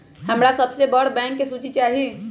हमरा सबसे बड़ बैंक के सूची चाहि